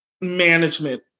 management